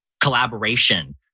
collaboration